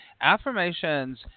affirmations